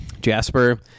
Jasper